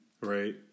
Right